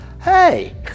hey